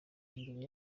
imbere